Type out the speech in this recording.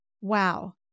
Wow